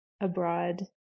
abroad